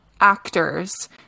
actors